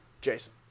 Jason